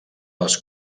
les